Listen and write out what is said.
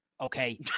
Okay